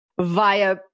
via